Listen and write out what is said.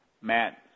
Matt